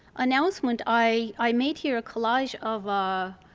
announcement, i made here a collage of ah